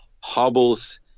hobbles